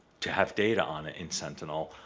to have data on it in sentinel.